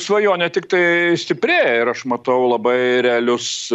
svajonė tiktai stiprėja ir aš matau labai realius